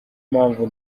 mpamvu